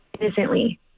innocently